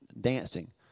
dancing